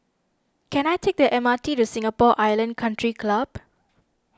can I take the M R T to Singapore Island Country Club